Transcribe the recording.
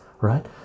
right